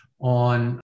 on